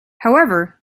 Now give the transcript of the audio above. however